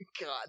God